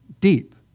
deep